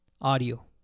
audio